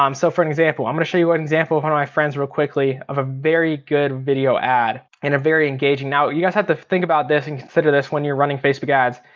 um so for an example, i'm gonna show you an example of one of my friends real quickly, of a very good video ad. and a very engaging, now you guys have to think about this and consider this when you're running facebook ads.